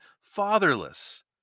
fatherless